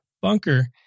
bunker